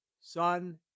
Son